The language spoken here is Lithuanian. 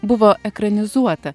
buvo ekranizuota